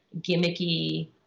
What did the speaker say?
gimmicky